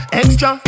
extra